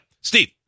Steve